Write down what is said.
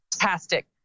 Fantastic